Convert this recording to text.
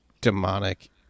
demonic